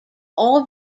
all